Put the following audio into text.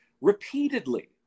repeatedly